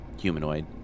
humanoid